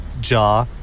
jaw